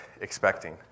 expecting